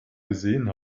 gesehen